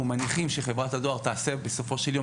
אנחנו מניחים שחברת הדואר תעשה בסופו של יום